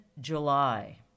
July